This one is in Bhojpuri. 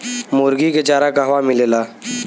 मुर्गी के चारा कहवा मिलेला?